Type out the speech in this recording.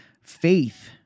Faith